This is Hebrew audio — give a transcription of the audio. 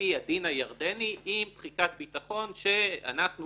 לפי הדין הירדני עם תחיקת ביטחון שאנחנו